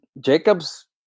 Jacobs